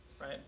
right